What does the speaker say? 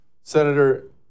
Senator